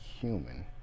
human